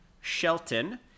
Shelton